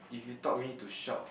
if you talk you need to shout